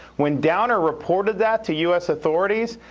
when downer reported that to us authorities,